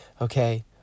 okay